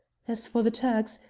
as for the turks,